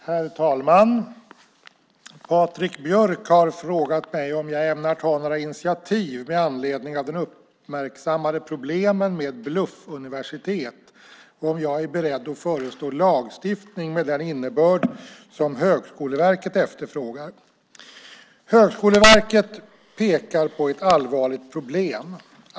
Herr talman! Patrik Björck har frågat mig om jag ämnar ta några initiativ med anledning av de uppmärksammade problemen med bluffuniversitet och om jag är beredd att föreslå lagstiftning med den innebörd som Högskoleverket efterfrågar. Högskoleverket pekar på ett allvarligt problem.